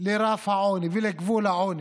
לרף העוני ולגבול העוני.